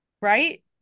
Right